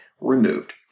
removed